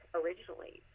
originally